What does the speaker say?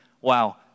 Wow